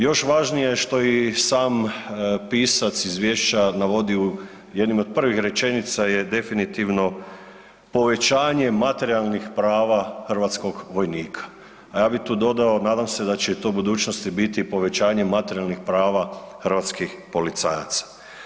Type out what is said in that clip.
Još važnije što je i sam pisac izvješća navodi u jednim od prvih rečenica je definitivno povećanje materijalnih prava hrvatskog vojnika a ja bi tu dodao, nadam se da će to u budućnosti biti povećanje materijalnih prava hrvatskih policajaca.